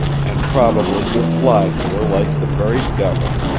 and probably you've lied to her like the very devil.